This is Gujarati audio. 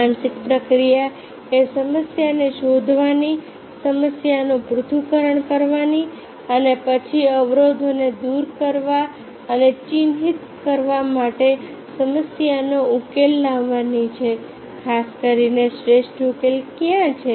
માનસિક પ્રક્રિયા એ સમસ્યાને શોધવાની સમસ્યાનું પૃથ્થકરણ કરવાની અને પછી અવરોધોને દૂર કરવા અને ચિહ્નિત કરવા માટે સમસ્યાનો ઉકેલ લાવવાની છે ખાસ કરીને શ્રેષ્ઠ ઉકેલ કયો છે